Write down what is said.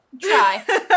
Try